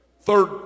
Third